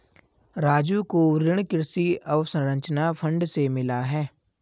राजू को ऋण कृषि अवसंरचना फंड से मिला है